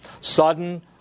sudden